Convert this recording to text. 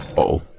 all